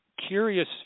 curious